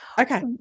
Okay